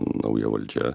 nauja valdžia